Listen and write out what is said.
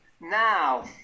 Now